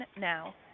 now